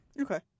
Okay